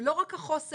לא רק החוסן.